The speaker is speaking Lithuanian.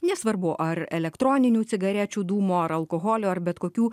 nesvarbu ar elektroninių cigarečių dūmų ar alkoholio ar bet kokių